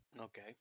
Okay